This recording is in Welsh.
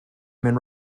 mewn